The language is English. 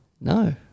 No